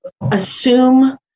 assume